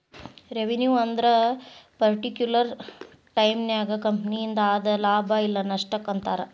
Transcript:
revenue ಅಂದ್ರ particular ಟೈಮನ್ಯಾಗ ಕಂಪನಿಯಿಂದ ಆದ ಲಾಭ ಇಲ್ಲ ನಷ್ಟಕ್ಕ ಅಂತಾರ